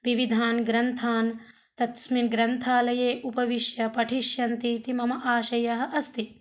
विविधान् ग्रन्थान् तस्मिन् ग्रन्थालये उपविश्य पठिष्यन्ति इति मम आशयः अस्ति